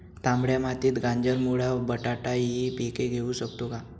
तांबड्या मातीत गाजर, मुळा, बटाटा हि पिके घेऊ शकतो का?